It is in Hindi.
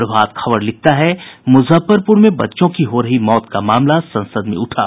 प्रभात खबर लिखता है मुजफ्फरपुर में बच्चों की हो रही मौत का मामला संसद में उठा